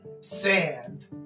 Sand